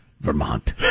Vermont